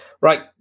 Right